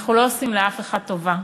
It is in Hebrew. אנחנו לא עושים לאף אחד טובה.